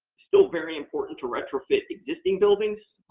still very important to retrofit existing buildings.